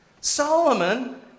Solomon